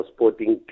Sporting